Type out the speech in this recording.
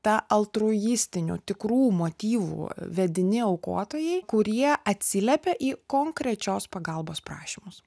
ta altruistinių tikrų motyvų vedini aukotojai kurie atsiliepia į konkrečios pagalbos prašymus